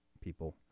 people